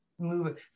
move